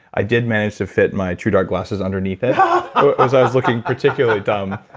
i did manage to fit my true dark glasses underneath it, as i was looking particularly dumb,